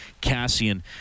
Cassian